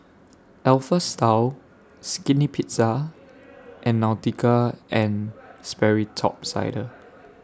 Alpha Style Skinny Pizza and Nautica and Sperry Top Sider